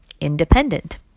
independent